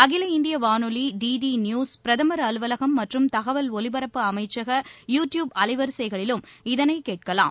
அகில இந்திய வானொலி டி டி நியூஸ் பிரதம் அலுவலகம் மற்றும் தகவல் ஒலிபரப்பு அமைச்சக யூ டியூப் அலைவரிசைகளிலும் இதனை கேட்கலாம்